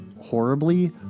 horribly